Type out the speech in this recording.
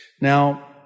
Now